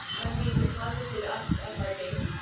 when he deposited us at our gate,